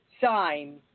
sign